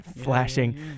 flashing